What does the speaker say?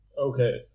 okay